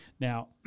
now